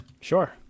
Sure